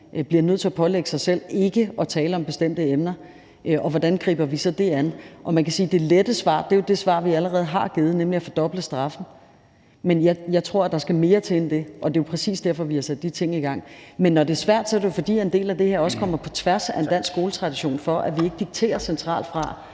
bliver nødt til at pålægge sig selv ikke at tale om bestemte emner, og hvordan griber vi så det an? Man kan sige, at det lette svar jo er det svar, vi allerede har givet, nemlig at fordoble straffen, men jeg tror, at der skal mere til end det, og det er præcis derfor, vi har sat de ting i gang. Men når det er svært, er det jo, fordi en del af det her også kommer på tværs af en dansk skoletradition for, at vi ikke centralt fra